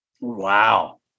wow